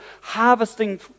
harvesting